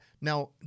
now